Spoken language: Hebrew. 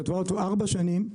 כתבה אותו ארבע שנים,